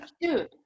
Dude